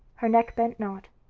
her neck bent not,